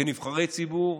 כנבחרי ציבור,